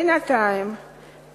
בינתיים,